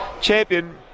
champion